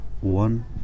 one